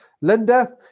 Linda